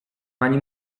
pani